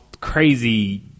crazy